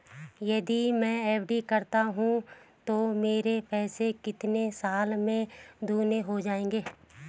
यदि मैं एफ.डी करता हूँ तो मेरे पैसे कितने साल में दोगुना हो जाएँगे?